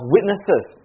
witnesses